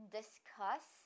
discuss